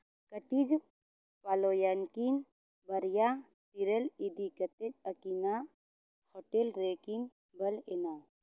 cottage ᱯᱟᱞᱳᱣᱟᱱ ᱠᱤᱱ ᱵᱟᱨᱭᱟ ᱛᱤᱨᱞᱟᱹ ᱤᱫᱤ ᱠᱟᱛᱮᱫ ᱟᱹᱠᱤᱱᱟᱜ ᱦᱳᱴᱮᱞ ᱨᱮᱠᱤᱱ ᱵᱚᱞᱚ ᱮᱱᱟ